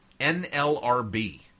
NLRB